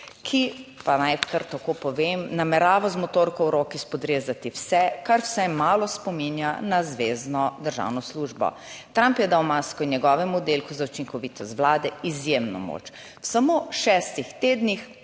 ki pa, naj kar tako povem, namerava z motorko v roki spodrezati vse, kar vsaj malo spominja na zvezno državno službo. Trump je dal masko in njegovemu oddelku za učinkovitost vlade izjemno moč. V samo šestih tednih